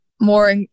more